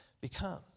become